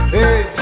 Hey